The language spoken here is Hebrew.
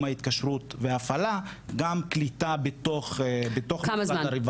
ההתקשרות וההפעלה גם קליטה בתוך משרד הרווחה.